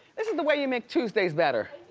this is the way you make tuesdays better.